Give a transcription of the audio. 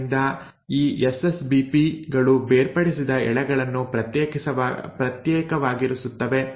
ಆದ್ದರಿಂದ ಈ ಎಸ್ಎಸ್ಬಿಪಿ ಗಳು ಬೇರ್ಪಡಿಸಿದ ಎಳೆಗಳನ್ನು ಪ್ರತ್ಯೇಕವಾಗಿರಿಸುತ್ತವೆ